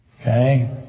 Okay